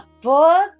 book